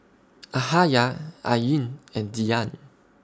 Yahaya Ain and Dian